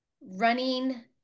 running